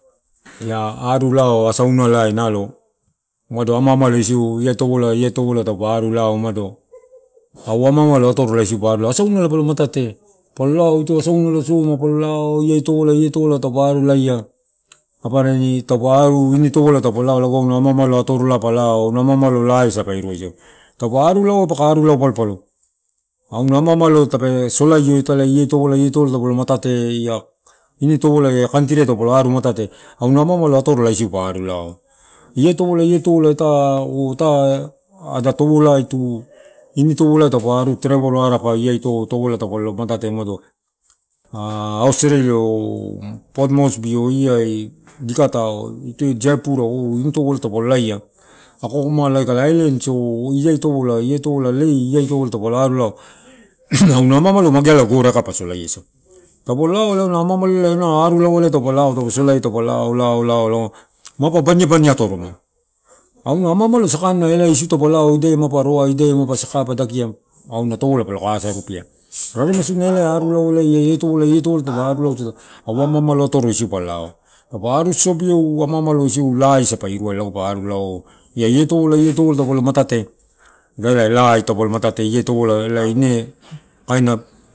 Ia aru lalao asaunala, kai naulo amamalo isi ia topola, iatopola taupe lao, a umado au ama malo atoro isiu pa; lao, asaunala taupalo matate, pa lao, asuuna soma palo matate. Ini topola pa aru, laia, taupa aru, ini topola taupa mamalo atorolai pa lao. Auna amaamalo, loa asa pa irua. Taupa arulalau, pa aru lau palo, palo, auna ama amalo solaio ia, ia topola taupa lo matate, ini topolai ia kantiri taupa lo aru matate ama amalo atoro isiu pa aru lao ia, topola, topola ita oh ita ada topolai tu ini topolai taupa aru trevol arapa, la tovola taupa lo matate, australia, oh port moresby oh iai dika, tau, oh jayapura, aliens, oh leilae auna ama amalo magealala gore pa solaiasau, taupa lao, lao ela na ama amalo ela auna aru lalauai taupa salaia, mapa bani abani atorola. Anua ama amalo sakana isiu taupa lao, ma idaiai mapa roai, idaiai mapa saka pa dakia, auna topola ma pakalo, asarupea, raremai sodina elae aarulalaloe ia topola ia tada arulausada au ama amalo atoro laa asa pa iru aeu. Ia ia topola, ia topolo tada palo matate laa taupalo matate elai ine kaina.